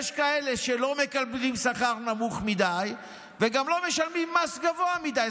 יש כאלה שלא מקבלים שכר נמוך מדי וגם לא משלמים מס גבוה מדי,